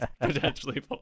potentially